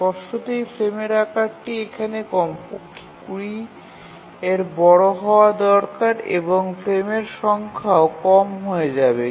স্পষ্টতই ফ্রেমের আকারটি এখানে কমপক্ষে ২০ এর বড় হওয়া দরকার এবং ফ্রেমের সংখ্যাও কম হয়ে যাবে